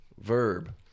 Verb